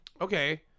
Okay